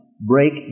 break